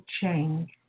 change